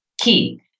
key